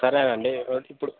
సరేనండి ఇప్పుడు